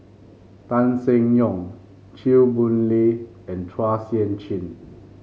Tan Seng Yong Chew Boon Lay and Chua Sian Chin